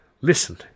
Listen